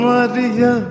Maria